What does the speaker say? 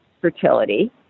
fertility